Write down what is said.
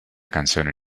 canzoni